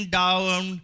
down